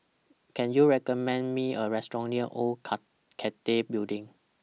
Can YOU recommend Me A Restaurant near Old Cathay Building